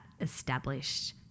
established